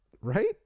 right